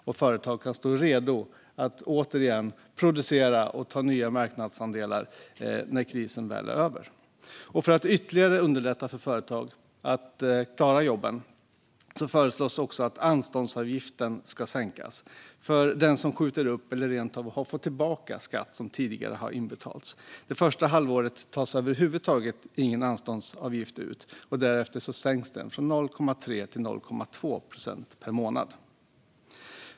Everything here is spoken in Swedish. Och företag kan stå redo att återigen producera och ta nya marknadsandelar när krisen väl är över. För att ytterligare underlätta för företag att klara jobben föreslås att anståndsavgiften ska sänkas för den som skjuter upp betalning av skatt eller som rent av har fått tillbaka skatt som tidigare har inbetalats. Det första halvåret tas över huvud taget ingen anståndsavgift ut. Därefter sänks den från 0,3 till 0,2 procent per månad.